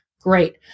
Great